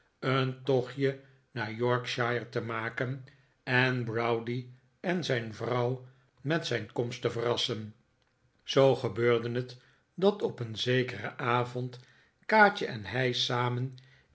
een tochtje naar yorkshire te maken en browdie en zijn vrouw met zijn komst te verrassen zoo gebeurde het dat op een zekeren avond kaatje en hij samen